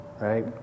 right